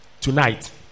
tonight